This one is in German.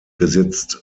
besitzt